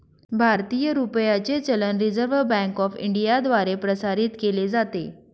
भारतीय रुपयाचे चलन रिझर्व्ह बँक ऑफ इंडियाद्वारे प्रसारित केले जाते